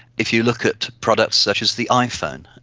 if you look at products such as the iphone,